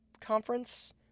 conference